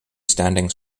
standing